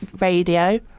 radio